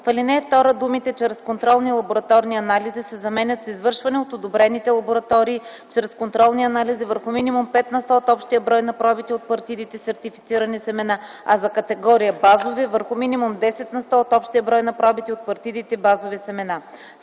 В ал. 2 думите „чрез контролни лабораторни анализи” се заменят с „извършвани от одобрените лаборатории чрез контролни анализи върху минимум 5 на сто от общия брой на пробите от партидите сертифицирани семена, а за категория базови – върху минимум 10 на сто от общия брой на пробите от партидите базови семена.”